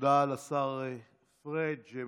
תודה לשר פריג'.